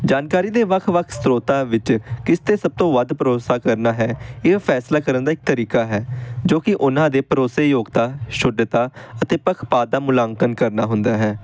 ਜਾਣਕਾਰੀ ਦੇ ਵੱਖ ਵੱਖ ਸਰੋਤਾਂ ਵਿੱਚ ਕਿਸ 'ਤੇ ਸਭ ਤੋਂ ਵੱਧ ਭਰੋਸਾ ਕਰਨਾ ਹੈ ਇਹ ਫੈਸਲਾ ਕਰਨ ਦਾ ਇੱਕ ਤਰੀਕਾ ਹੈ ਜੋ ਕਿ ਉਹਨਾਂ ਦੇ ਭਰੋਸੇਯੋਗਤਾ ਸ਼ੁੱਧਤਾ ਅਤੇ ਪੱਖਪਾਤ ਦਾ ਮੁਲਾਂਕਣ ਕਾਰਨਾ ਹੁੰਦਾ ਹੈ